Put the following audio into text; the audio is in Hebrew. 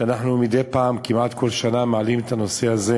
שאנחנו מדי פעם, כמעט כל שנה, מעלים את הנושא הזה,